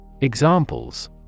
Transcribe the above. Examples